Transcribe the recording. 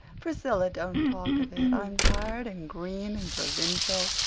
priscilla, don't talk of it. i'm tired, and green, and provincial,